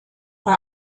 bei